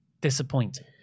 disappointing